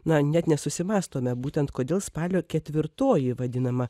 na net nesusimąstome būtent kodėl spalio ketvirtoji vadinama